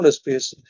space